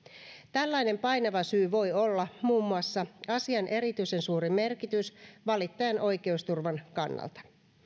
tällainen painava syy voi olla muun muassa asian erityisen suuri merkitys valittajan oikeusturvan kannalta